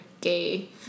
gay